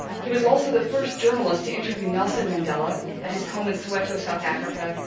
he was also the first journalist to interview nelson mandela at his home in soweto, south africa,